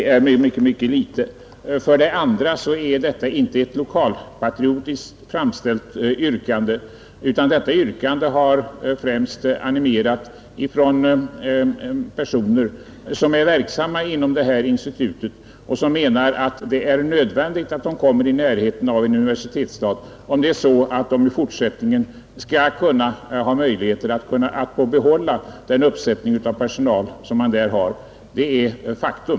För det tredje är detta inte ett lokalpatriotiskt framställt yrkande, utan detta yrkande har främst emanerat från personer som är verksamma inom detta institut och som menar att det är nödvändigt att institutet förläggs i närheten av en universitetsstad om det i fortsättningen skall kunna behålla sin personaluppsättning. Det är ett faktum.